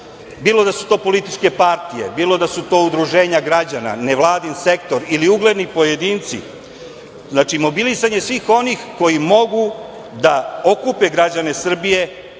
bilo da su to političke partije, bilo da su to udruženja građana, ne vladin sektor ili ugledni pojedinci, znači, mobilisanje svih onih koji mogu da okupe građane Srbije